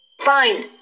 Fine